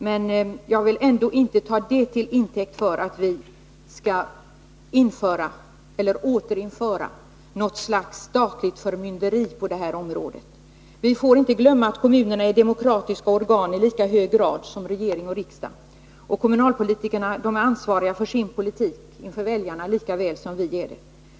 Men jag vill ändå inte ta det till intäkt för att vi skall införa — eller återinföra — något slags statligt förmynderi på det här området. Vi får inte glömma att kommunerna är demokratiska organ i lika hög grad som regering och riksdag. Kommunalpolitikerna är ansvariga för sin politik inför väljarna lika väl som vi är ansvariga för vår politik.